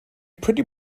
pretty